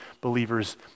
believers